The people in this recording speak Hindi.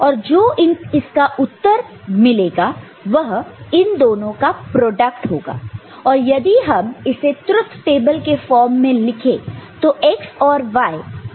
और जो इसका उत्तर मिलेगा वह इन दोनों का प्रोडक्ट होगा और यदि हम इसे ट्रुथ टेबल के फॉर्म में लिखें तो x और y का रिलेशनशिप m है